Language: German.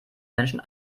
menschen